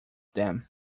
then